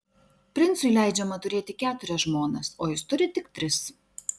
princui leidžiama turėti keturias žmonas o jis turi tik tris